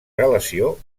relació